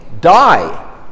die